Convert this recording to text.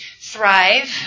thrive